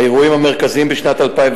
האירועים המרכזיים בשנת 2010: